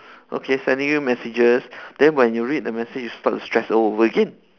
okay sending you messages then when you read the message you start to stress all over again